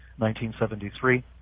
1973